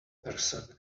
person